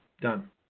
Done